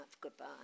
goodbye